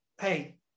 Hey